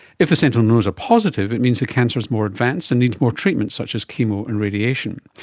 if the sentinel nodes are positive, it means the cancer is more advanced and needs more treatment such as chemo and radiation.